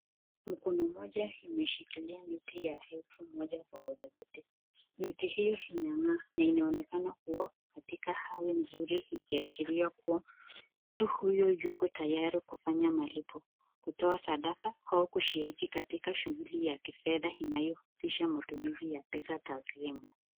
Mkono mmoja umeshikilia noti ya elfu moja kwa. Noti hiyo inang’aa na inaonekana kuwa katika hali nzuri ikiashiria kuwa mtu huyo yuko tayari kufanya malipo, kutoa sadaka au kushiriki katika shuguli ya kifedha inayohusisha matumizi ya pesa taslimu.